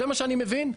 זה מה שאני מבין?